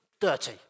Dirty